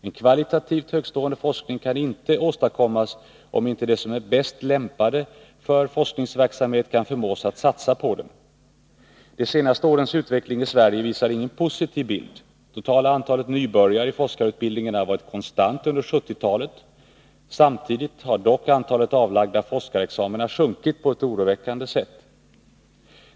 En kvalitativt högtstående forskning kan inte åstadkommas, om inte de som är bäst lämpade för forskningsverksamhet kan förmås att satsa på den. De senare årens utveckling i Sverige visar ingen positiv bild. Totala antalet nybörjare i forskarutbildningen har varit konstant under 1970-talet. Samtidigt har dock antalet avlagda forskarexamina sjunkit på ett oroväckande sätt.